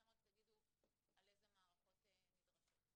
אתם רק תגידו איזה מערכות נדרשות.